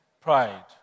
Pride